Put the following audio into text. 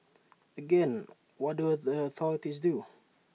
again what do the authorities do